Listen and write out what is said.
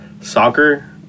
Soccer